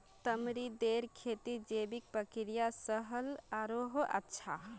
तमरींदेर खेती जैविक प्रक्रिया स ह ल आरोह अच्छा